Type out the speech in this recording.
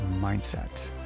mindset